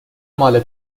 مال